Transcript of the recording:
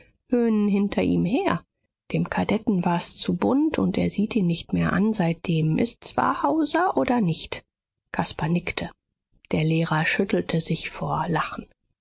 höhnen hinter ihm her dem kadetten war's zu bunt und er sieht ihn nicht mehr an seitdem ist's wahr hauser oder nicht caspar nickte der lehrer schüttelte sich vor lachen